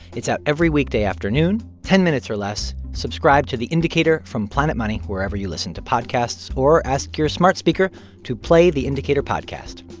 it's out every weekday afternoon ten minutes or less. subscribe to the indicator from planet money wherever you listen to podcasts, or ask your smart speaker to play the indicator podcast.